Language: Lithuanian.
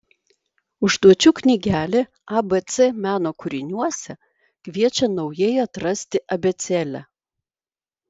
užduočių knygelė abc meno kūriniuose kviečia naujai atrasti abėcėlę